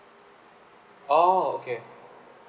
oh okay